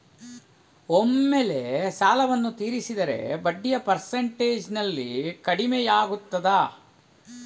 ಒಮ್ಮೆಲೇ ಸಾಲವನ್ನು ತೀರಿಸಿದರೆ ಬಡ್ಡಿಯ ಪರ್ಸೆಂಟೇಜ್ನಲ್ಲಿ ಕಡಿಮೆಯಾಗುತ್ತಾ?